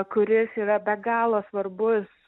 kuris yra be galo svarbus